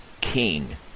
king